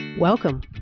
Welcome